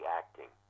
acting